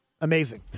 amazing